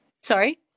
Sorry